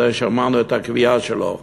שמענו את הקביעה שלו.